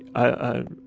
i,